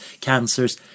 cancers